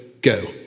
go